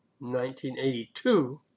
1982